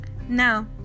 Now